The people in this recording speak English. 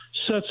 Sets